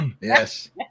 Yes